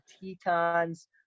Tetons